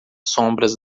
sombras